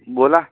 बोला